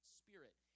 spirit